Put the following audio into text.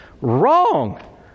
Wrong